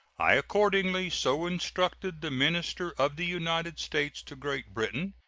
i accordingly so instructed the minister of the united states to great britain,